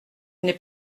n’est